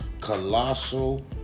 Colossal